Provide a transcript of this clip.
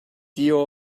deal